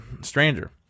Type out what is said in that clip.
stranger